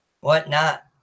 whatnot